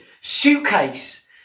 suitcase